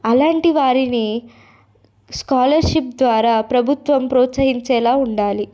అలాంటి వారిని స్కాలర్షిప్ ద్వారా ప్రభుత్వం ప్రోత్సహించేలా ఉండాలి